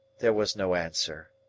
there was no answer.